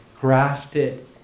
grafted